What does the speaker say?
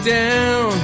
down